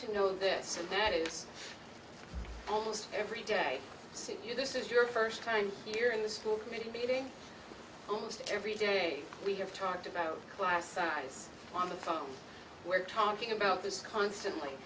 to know this so that it's almost every day see you this is your first time here in the school committee meeting almost every day we have talked about class size on the phone we're talking about this constantly